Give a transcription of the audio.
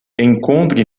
encontre